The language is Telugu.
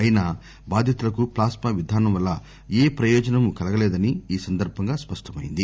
అయినా బాధితులకు ప్లాస్మా విధానం వల్ల ఏ ప్రయోజనమూ కలగలేదని ఈ సందర్భంగా స్పష్టమయింది